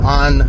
on